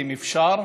אם אפשר,